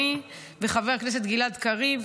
אני וחבר הכנסת גלעד קריב,